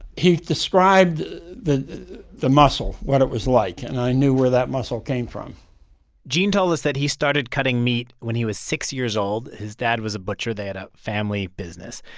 he described the the muscle, what it was like. and i knew where that muscle came from gene told us that he started cutting meat when he was six years old. his dad was a butcher. they had a family business.